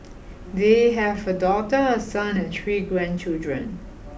they have a daughter a son and three grandchildren